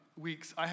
weeks